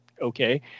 okay